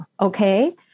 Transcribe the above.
okay